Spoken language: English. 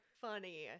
funny